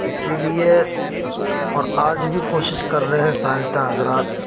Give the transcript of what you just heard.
اسی لیے اور آج بھی کوشش کر رہے سائنس داں حضرات